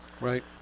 Right